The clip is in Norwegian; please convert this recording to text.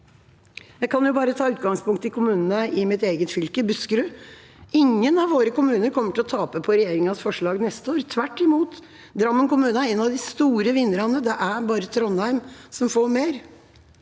Jeg kan bare ta utgangspunkt i kommunene i mitt eget fylke, Buskerud. Ingen av våre kommuner kommer til å tape på regjeringas forslag neste år, tvert imot. Drammen kommune er en av de store vinnerne. Det er bare Trondheim som får mer.